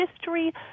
history